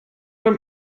dem